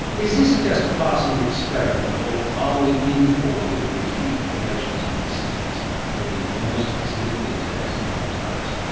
is this just a passing experiment, or are we in for, given the huge populations in big cities where most of us live these days in modern times,